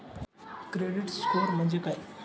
Credit score म्हणजे काय?